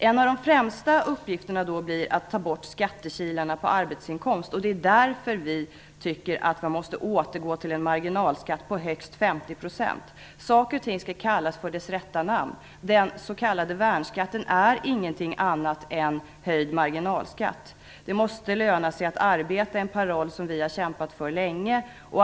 En av de främsta uppgifterna blir då att ta bort skattekilarna på arbetsinkomst, och det är därför som vi tycker att man måste återgå till en marginalskatt om högst 50 %. Saker och ting skall kallas vid sina rätta namn. Den s.k. värnskatten är ingenting annat än höjd marginalskatt. Att det måste löna sig att arbeta är en paroll som vi länge har kämpat för.